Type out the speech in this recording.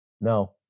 No